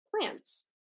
plants